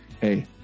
hey